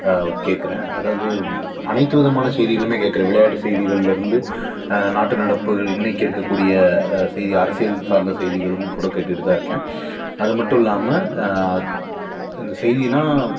கேட்குறேன் அதாவது அனைத்து விதமான செய்திகளுமே கேட்குறேன் விளையாட்டு செய்திகள்லேருந்து நாட்டு நடப்பு இன்றைக்கி இருக்கக்கூடிய செய்தி அரசியல் சார்ந்த செய்திகளும் கூட கேட்டுகிட்டு தான் இருக்கேன் அது மட்டும் இல்லாமல் இந்த செய்தினா